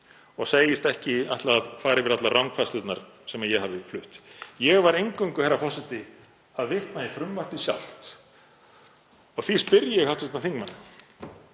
og segist ekki ætla að fara yfir allar rangfærslurnar sem ég hafi flutt. Ég var eingöngu, herra forseti, að vitna í frumvarpið sjálft og því spyr ég hv. þingmann: